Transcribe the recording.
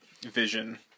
vision